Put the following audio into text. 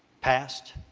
past,